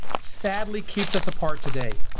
sadly keeps us apart today.